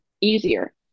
easier